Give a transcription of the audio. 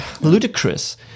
ludicrous